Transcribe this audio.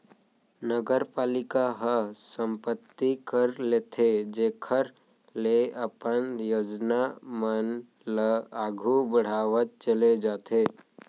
नगरपालिका ह संपत्ति कर लेथे जेखर ले अपन योजना मन ल आघु बड़हावत चले जाथे